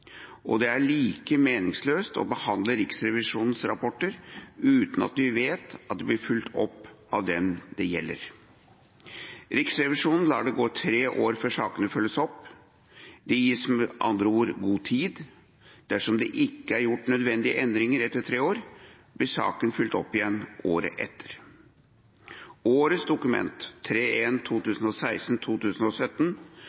Og det er like meningsløst å behandle Riksrevisjonens rapporter uten at vi vet at de blir fulgt opp av dem det gjelder. Riksrevisjonen lar det gå tre år før sakene følges opp. Det gis med andre ord god tid. Dersom det ikke er gjort nødvendige endringer etter tre år, blir saken fulgt opp igjen året etter. Årets Dokument